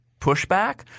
pushback